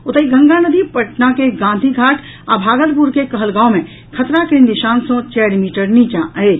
ओतहि गंगा नदी पटना के गांधी घाट आ भागलपुर के कहलगांव मे खतरा के निशान सॅ चारि मीटर नीचा अछि